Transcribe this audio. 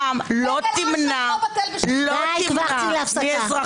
טלי גוטליב --- אם את בוחרת להתייחס אליה,